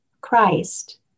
Christ